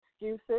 Excuses